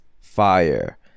fire